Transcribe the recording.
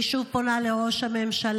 אני שוב פונה לראש הממשלה: